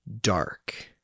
dark